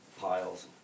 piles